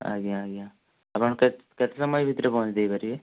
ଆଜ୍ଞା ଆଜ୍ଞା ଆପଣ କେତେ କେତେ ସମୟ ଭିତରେ ପହଞ୍ଚାଇ ଦେଇପାରିବେ